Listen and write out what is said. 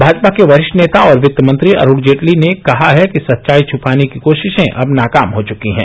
भाजपा के वरिष्ठ नेता और वित्त मंत्री अरूण जेटली ने कहा कि सच्चाई छुपाने की कोशिशें अब नाकाम हो चुकी हैं